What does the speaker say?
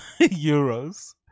euros